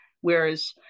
whereas